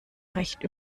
recht